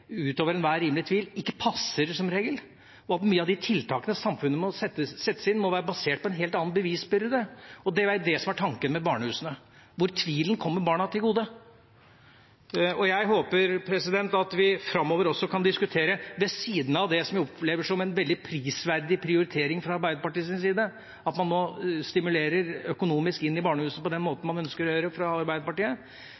utover enhver rimelig tvil – som regel ikke passer, og at mange av de tiltakene samfunnet må sette inn, må være basert på en helt annen bevisbyrde. Det er jo det som er tanken med barnehusene, hvor tvilen kommer barna til gode. Jeg håper at vi framover også kan diskutere, ved siden av det vi opplever som en veldig prisverdig prioritering fra Arbeiderpartiets side, at man nå stimulerer barnehusene økonomisk på den måten